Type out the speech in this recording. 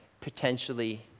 potentially